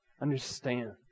understand